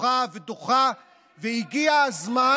ודוחה ודוחה, והגיע הזמן,